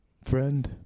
Friend